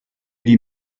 die